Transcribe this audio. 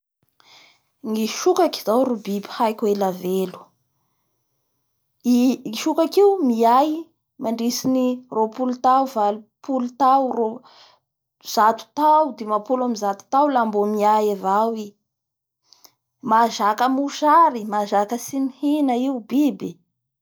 Ny sokaky zao ro biby haiko ela velo, i sokaky io miay mandritsiny roapolo tao valopolo tao, zato tao, dimapolo ambin'ny zato tao la mbo miay avao i mazaka mosary mahazaka tsy mihina io biby.